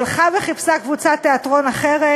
הלכה וחיפשה קבוצת תיאטרון אחרת,